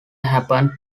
happened